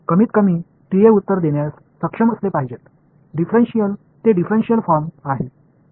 कमीतकमी टीए उत्तर देण्यास सक्षम असले पाहिजेत डिफरेन्शिएल ते डिफरेन्शिएल फॉर्म आहे